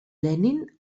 lenin